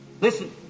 listen